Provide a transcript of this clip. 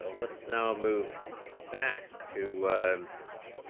ah let's now move back to